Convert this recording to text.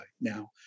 now